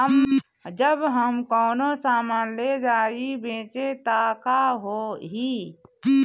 जब हम कौनो सामान ले जाई बेचे त का होही?